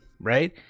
Right